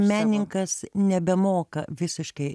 meninkas nebemoka visiškai